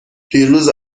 دیروز